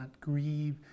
grieve